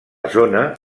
zona